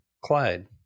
clyde